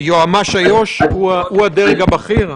יועמ"ש איו"ש הוא הדרג הבכיר?